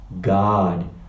God